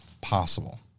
possible